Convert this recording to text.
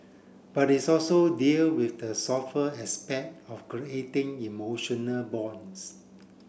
but its also deal with the softer aspect of creating emotional bonds